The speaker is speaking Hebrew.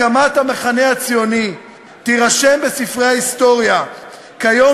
הקמת המחנה הציוני תירשם בספרי ההיסטוריה כיום